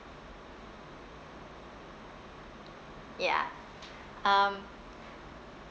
ya um